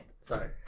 Sorry